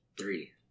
Three